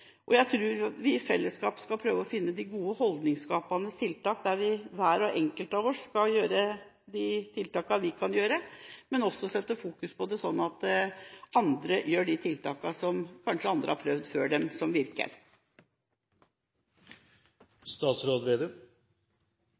Jeg tror vi i fellesskap skal prøve å finne de gode, holdningsskapende tiltakene der vi, hver enkelt av oss, skal gjøre de tiltakene vi kan gjøre, men også sette fokus på det, sånn at andre gjør de tiltakene som kanskje andre har prøvd før dem, og som